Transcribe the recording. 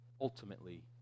Ultimately